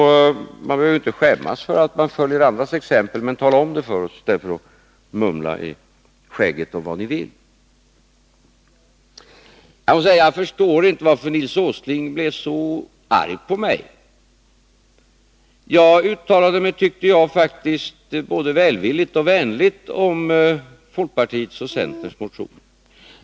Man behöver inte skämmas för att man följer andras exempel, men tala om det för oss i stället för att mumla i skägget om vad ni vill. Jag förstår inte varför Nils Åsling blev så arg på mig. Jag uttalade mig faktiskt både välvilligt och vänligt om folkpartiets och centerns motioner.